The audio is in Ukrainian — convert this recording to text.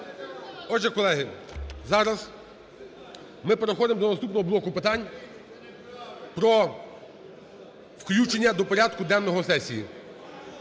Отже, колеги, зараз ми переходимо до наступного блоку питань: про включення до порядку денного сесії.